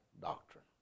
doctrine